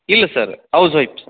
ಇಲ್ಲ sir housewife sir